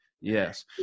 yes